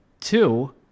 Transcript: Two